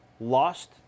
lost